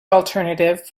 alternative